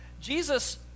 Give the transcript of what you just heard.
Jesus